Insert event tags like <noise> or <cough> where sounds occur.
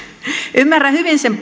ymmärrän hyvin sen <unintelligible>